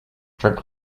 drink